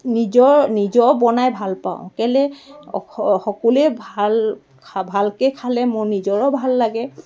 নিজৰ নিজেও বনাই ভাল পাওঁ কেলে স সকলোৱে ভাল ভালকৈ খালে মোৰ নিজৰো ভাল লাগে